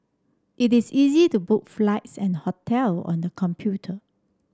it is easy to book flights and hotel on the computer